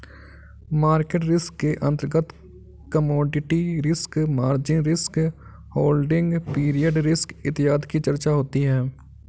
market risk के अंतर्गत commodity risk, margin risk, holding period risk इत्यादि की चर्चा होती है